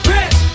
Rich